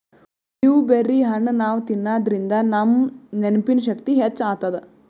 blueberry ಹಣ್ಣ್ ನಾವ್ ತಿನ್ನಾದ್ರಿನ್ದ ನಮ್ ನೆನ್ಪಿನ್ ಶಕ್ತಿ ಹೆಚ್ಚ್ ಆತದ್